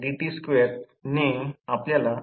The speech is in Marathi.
85 W i 0